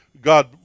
God